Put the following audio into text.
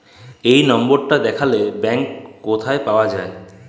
এই লম্বরটা দ্যাখলে ব্যাংক ক্যথায় পাউয়া যায়